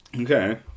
okay